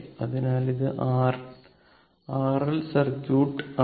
അതിനാൽ ഇത് R L circuit ആണ്